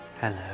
Hello